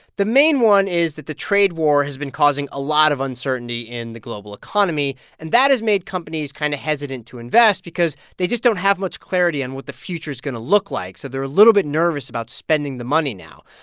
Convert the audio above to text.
the main one is that the trade war has been causing a lot of uncertainty in the global economy, and that has made companies kind of hesitant to invest because they just don't have much clarity on what the future is going to look like. so they're a little bit nervous about spending the money now.